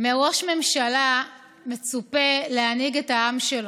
מראש ממשלה מצופה להנהיג את העם שלו.